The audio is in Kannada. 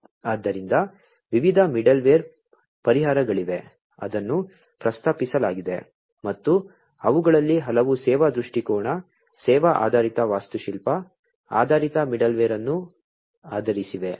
ಆದ್ದರಿಂದ ವಿವಿಧ ಮಿಡಲ್ವೇರ್ ಪರಿಹಾರಗಳಿವೆ ಅದನ್ನು ಪ್ರಸ್ತಾಪಿಸಲಾಗಿದೆ ಮತ್ತು ಅವುಗಳಲ್ಲಿ ಹಲವು ಸೇವಾ ದೃಷ್ಟಿಕೋನ ಸೇವಾ ಆಧಾರಿತ ವಾಸ್ತುಶಿಲ್ಪ ಆಧಾರಿತ ಮಿಡಲ್ವೇರ್ ಅನ್ನು ಆಧರಿಸಿವೆ